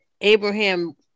Abraham